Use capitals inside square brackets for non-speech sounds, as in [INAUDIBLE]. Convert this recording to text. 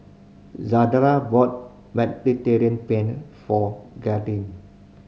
[UNINTELLIGIBLE] bought Mediterranean Penne for Grayling